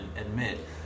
admit